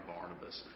Barnabas